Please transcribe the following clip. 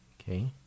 Okay